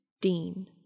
Dean